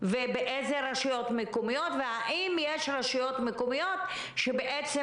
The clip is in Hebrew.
באיזה רשויות מקומיות והאם יש רשויות מקומיות שבעצם